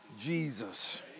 Jesus